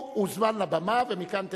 הוא הוזמן לבמה, ומכאן תדבר.